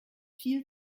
viel